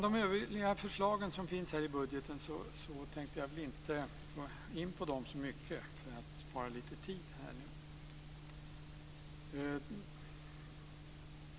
De övriga förslagen som finns här i budgeten tänkte jag inte gå in på så mycket för att spara lite tid.